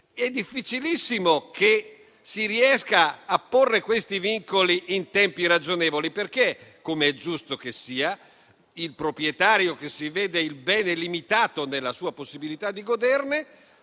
è difficilissimo che si riesca a porre questi vincoli in tempi ragionevoli, perché, come è giusto che sia, il proprietario che si vede limitato nella possibilità di godere